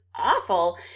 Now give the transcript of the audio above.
awful